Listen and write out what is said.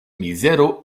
mizero